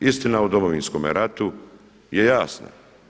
Istina o Domovinskome ratu je jasna.